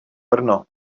brno